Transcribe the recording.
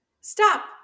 Stop